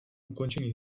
ukončení